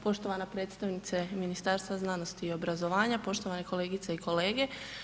Poštovana predstavnice Ministarstva znanosti i obrazovanja, poštovane kolegice i kolege.